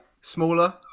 smaller